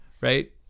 right